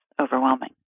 overwhelming